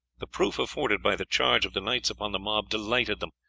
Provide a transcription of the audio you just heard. the proof afforded by the charge of the knights upon the mob delighted them,